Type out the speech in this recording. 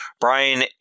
Brian